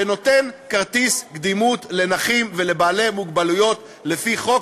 שנותן כרטיס קדימות לנכים ולבעלי מוגבלויות לפי חוק,